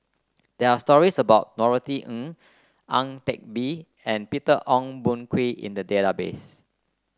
there are stories about Norothy Ng Ang Teck Bee and Peter Ong Boon Kwee in the database